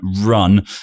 run